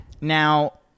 now